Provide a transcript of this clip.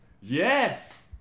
Yes